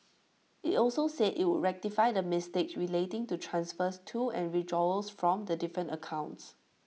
IT also said IT would rectify the mistakes relating to transfers to and withdrawals from the different accounts